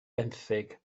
benthyg